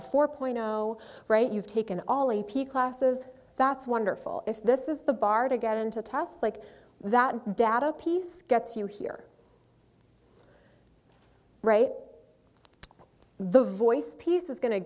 a four point zero right you've taken all a p classes that's wonderful if this is the bar to get into tufts like that data piece gets you here right the voice piece is going to